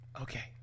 Okay